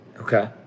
Okay